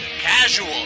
casual